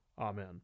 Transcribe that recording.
Amen